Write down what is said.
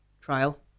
trial